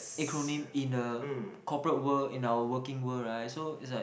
acronym in a corporate world in our working world right so is like